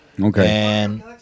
Okay